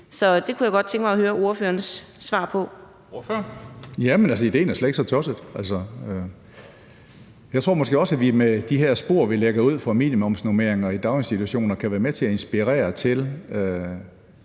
Kristensen): Ordføreren. Kl. 13:33 Karsten Hønge (SF): Jamen altså, idéen er slet ikke så tosset. Jeg tror måske også, at vi med de her spor, vi lægger ud for minimumsnormeringer i daginstitutionerne, kan være med til at inspirere til